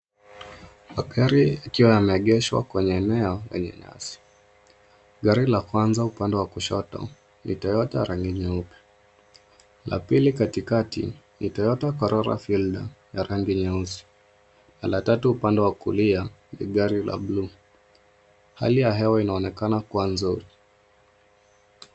Magari yakiwa yameegeshwa kwenye eneo lenye nyasi. Gari la kwanza upande wa kushoto ni toyota ya rangi nyeupe, la pili katikati ni toyota corolla fielder ya rangi nyeusi, na la tatu upande wa kulia ni gari la buluu. Hali ya hewa inaonekana kuwa nzuri.